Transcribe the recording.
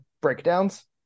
breakdowns